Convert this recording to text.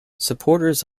supporters